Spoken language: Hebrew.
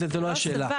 זאת לא השאלה.